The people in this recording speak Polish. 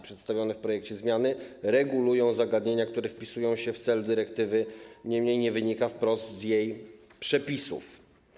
Przedstawione w projekcie zmiany regulują zagadnienia, które wpisują się w cel dyrektywy, niemniej nie wynikają wprost z jej przepisów.